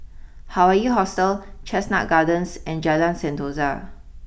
Hawaii Hostel Chestnut Gardens and Jalan Sentosa